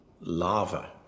lava